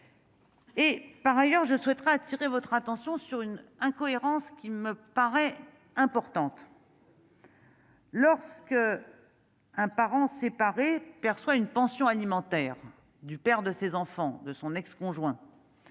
Et par ailleurs je souhaiterais attirer votre attention sur une incohérence qui me paraît importante. Lorsque un parent séparé. Je perçois une pension alimentaire du père de ses enfants, de son ex-conjoint